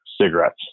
cigarettes